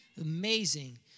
amazing